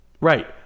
Right